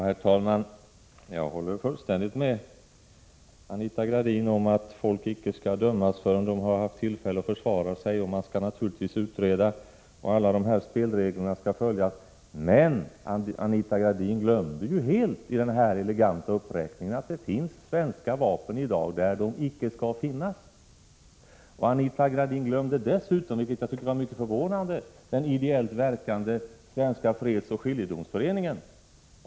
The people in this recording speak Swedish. Herr talman! Jag håller fullständigt med Anita Gradin om att folk icke skall dömas förrän de har haft tillfälle att försvara sig. Och man skall naturligtvis utreda, och alla dessa spelregler skall följas. Men Anita Gradin glömde ju helt i den här eleganta uppräkningen att det i dag finns svenska vapen där de icke skall finnas. Anita Gradin glömde dessutom — vilket jag tycker var mycket förvånande — den ideellt verkande Svenska fredsoch skiljedomsföreningen.